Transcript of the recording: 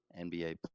NBA